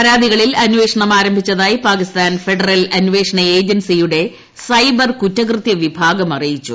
പരാതികളിൽ അന്വേഷണം ആരംഭിച്ചതായി പാകിസ്ഥാൻ ഫെഡറൽ അന്വേഷണ ഏജൻസിയുടെ സൈബർ കുറ്റകൃത്യം വിഭാഗം അറിയിച്ചു